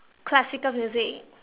classical music